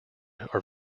are